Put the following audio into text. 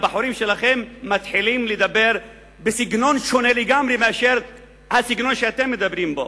הבחורים שלכם מתחילים לדבר בסגנון שונה לגמרי מהסגנון שאתם מדברים בו,